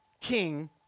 King